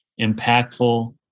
impactful